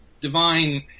divine